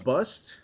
Bust